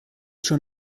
schon